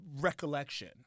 recollection